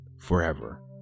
forever